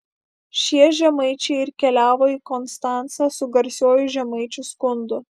šie žemaičiai ir keliavo į konstancą su garsiuoju žemaičių skundu